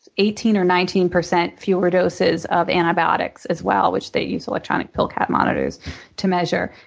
eighteen or nineteen percent fewer doses of antibiotics as well, which they used electronic pill cap monitors to measure.